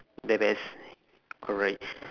then there's correct